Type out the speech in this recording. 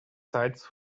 sides